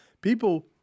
People